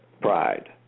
Pride